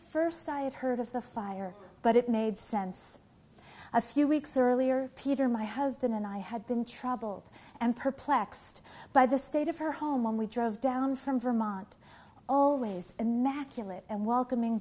first i had heard of the fire but it made sense a few weeks earlier peter my husband and i had been troubled and perplexed by the state of her home when we drove down from vermont always imagined and welcoming